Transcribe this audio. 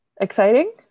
Exciting